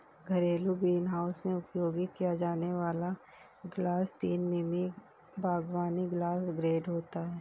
घरेलू ग्रीनहाउस में उपयोग किया जाने वाला ग्लास तीन मिमी बागवानी ग्लास ग्रेड होता है